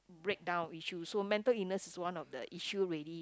breakdown issue so mental illness is one of the issue already